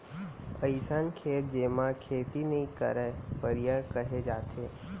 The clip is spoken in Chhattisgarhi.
अइसन खेत जेमा खेती नइ करयँ परिया कहे जाथे